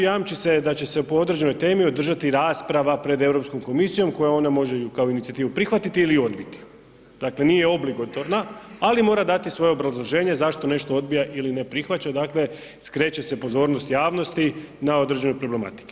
Jamči se da će se po određenoj temi održati rasprava pred Europskom komisijom koju ona može kao inicijativu prihvatiti ili odbiti, dakle nije obligotorna, ali mora dati svoje obrazloženje zašto nešto odbija ili ne prihvaća, dakle skreće se pozornost javnosti na određene problematike.